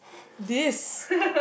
this